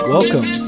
Welcome